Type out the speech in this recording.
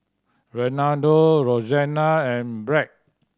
Renaldo Roxanna and Bret